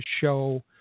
show